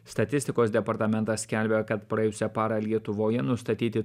statistikos departamentas skelbia kad praėjusią parą lietuvoje nustatyti